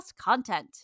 content